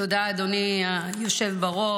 תודה, אדוני היושב בראש.